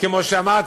כמו שאמרתי,